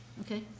Okay